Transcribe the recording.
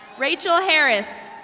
rachel harris.